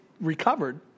recovered